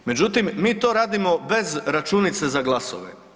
Međutim, mi to radimo bez računice za glasove.